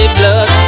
blood